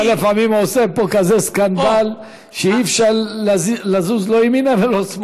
אתה לפעמים עושה פה כזה סקנדל שאי-אפשר לזוז לא ימינה ולא שמאלה.